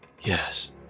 Yes